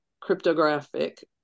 cryptographic